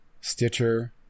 Stitcher